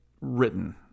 written